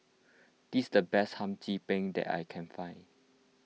this is the best Hum Chim Peng that I can find